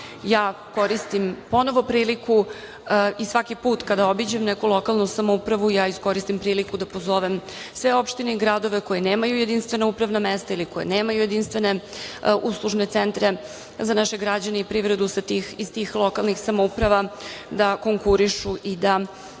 koristim ponovo priliku i svaki put kada obiđem neku lokalnu samoupravu ja iskoristim priliku da pozovem sve opštine i gradove koji nemaju jedinstvena upravna mesta ili koja nemaju jedinstvene uslužne centre za naše građane i privredu iz tih lokalnih samouprava da konkurišu i da